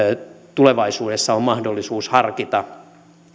tulevaisuudessa on mahdollisuus harkita